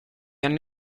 anni